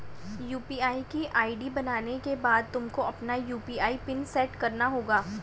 UPI की ID बनाने के बाद तुमको अपना यू.पी.आई पिन सैट करना होगा